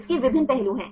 इसके विभिन्न पहलू हैं